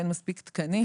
שאין מספיק תקנים,